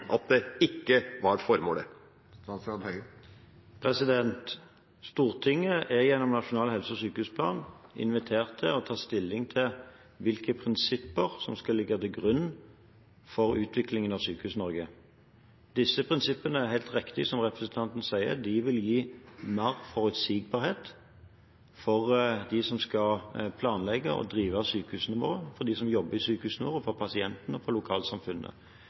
ikke var formålet. Stortinget er gjennom nasjonal helse- og sykehusplan invitert til å ta stilling til hvilke prinsipper som skal ligge til grunn for utviklingen av Sykehus-Norge. Det er helt riktig som representanten sier, at disse prinsippene vil gi mer forutsigbarhet for dem som skal planlegge og drive sykehusene våre, for dem som jobber i sykehusene, for pasientene og for lokalsamfunnet. Ikke minst er kravet til gode lokale prosesser en viktig forutsetning nettopp for